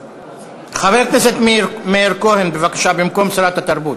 חבר הכנסת מאיר כהן, בבקשה, במקום שרת הבריאות.